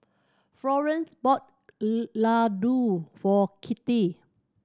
Florance bought Ladoo for Kitty